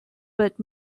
but